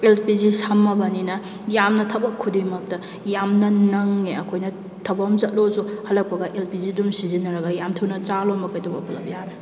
L P G ꯁꯝꯂꯕꯅꯤꯅ ꯌꯥꯝꯅ ꯊꯕꯛ ꯈꯨꯗꯤꯡꯃꯛꯇ ꯌꯥꯝꯅ ꯅꯪꯂꯦ ꯑꯩꯈꯣꯏꯅ ꯊꯕꯛ ꯑꯃ ꯆꯠꯂꯨꯔꯁꯨ ꯍꯜꯂꯛꯄꯒ ꯑꯦꯜ ꯄꯤ ꯖꯤ ꯑꯗꯨꯝ ꯁꯤꯖꯤꯟꯅꯔꯒ ꯌꯥꯝ ꯊꯨꯅ ꯆꯥ ꯂꯣꯟꯕ ꯀꯩꯇꯧꯕ ꯄꯨꯂꯞ ꯌꯥꯔꯦ